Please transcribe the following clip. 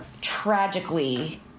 tragically